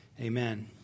Amen